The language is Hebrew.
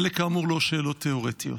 אלה כאמור לא שאלות תיאורטיות.